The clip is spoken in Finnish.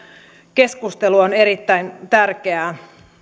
keskustelu on erittäin tärkeää